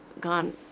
gone